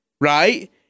right